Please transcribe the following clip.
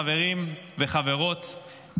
חברים וחברות,